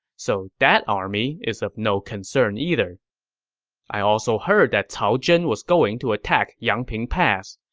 so that army is of no concern either i also heard that cao zhen was going to attack yangping pass.